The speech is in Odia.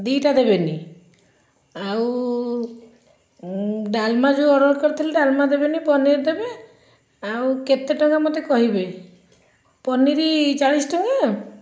ଦୁଇଟା ଦେବେନି ଆଉ ଡାଲମା ଯେଉଁ ଅର୍ଡ଼ର କରିଥିଲି ଡାଲମା ଦେବେନି ପନିର୍ ଦେବେ ଆଉ କେତେ ଟଙ୍କା ମୋତେ କହିବେ ପନିର୍ ଚାଳିଶ ଟଙ୍କା